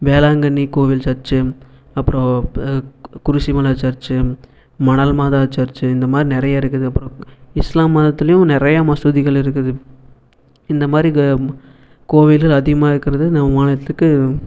வேளாங்கண்ணி கோவில் சர்ச்சு அப்புறோம் ப குரிசிமலை சர்ச்சு மணல்மாதா சர்ச்சு இந்த மாதிரி நிறையா இருக்குது அப்புறோம் இஸ்லாம் மதத்துலையும் நிறையா மசூதிகள் இருக்குது இந்த மாரி க கோவில்கள் அதிகமாக இருக்கறது நம் மாநிலத்துக்கு